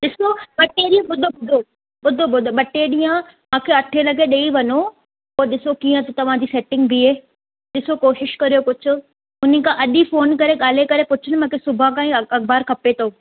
ॾिसो ॿ टे ॾींहं ॿुधो ॿुधो ॿुधो ॿुधो ॿ टे ॾींहं मूंखे अठें लॻे ॾेई वञो पोइ ॾिसो कीअं थी तव्हांजी सेटिंग बीहे ॾिसो कोशिशि करियो कुझु उन्हीअ खां अॼु ई फोन करे ॻाल्हाए करे पुछो मूंखे सुभाणे खां ई अख़बार खपे थो